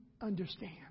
understand